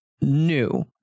new